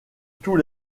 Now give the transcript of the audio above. tous